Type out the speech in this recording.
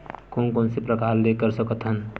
कोन कोन से प्रकार ले कर सकत हन?